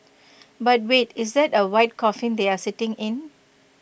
but wait is that A white coffin they are sitting in